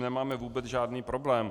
Nemáme s tím vůbec žádný problém.